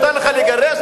מותר לך לגרש?